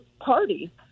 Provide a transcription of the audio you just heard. party